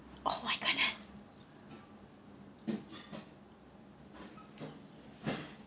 oh my goodness